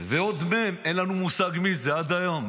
ועוד מ', אין לנו מושג מי זה עד היום.